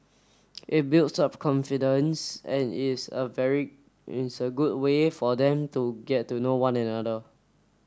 it builds up confidence and is a very is a good way for them to get to know one another